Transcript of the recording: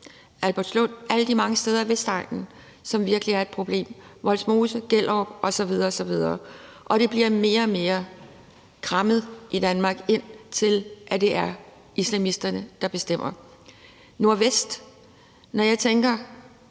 Albertslund, alle de mange steder på Vestegnen, som virkelig er et problem, Vollsmose, Gellerup osv. osv., og det bliver i Danmark mere og mere krammet ind til, at det er islamisterne, der bestemmer. Der er også Nordvest. Når jeg tænker